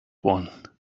one